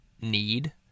need